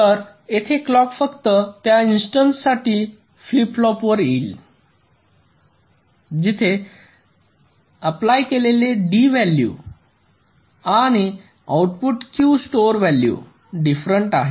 तर येथे क्लॉक फक्त त्या इन्स्टन्स साठी फ्लिप फ्लॉपवर येईल जिथे अप्लाय केलेले D मूल्य आणि output Q store value different आहे